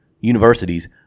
universities